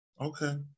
Okay